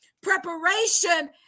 Preparation